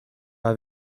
are